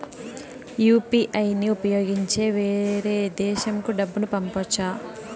UPI ని ఉపయోగించి వేరే దేశంకు డబ్బును పంపొచ్చా?